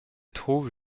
trouve